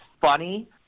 funny